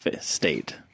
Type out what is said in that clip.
state